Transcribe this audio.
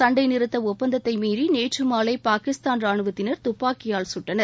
சண்டை நிறுத்த ஒப்பந்தத்தை மீறி நேற்று மாலை பாகிஸ்தான் ரானுவத்தினர் துப்பாக்கியால் கட்டனர்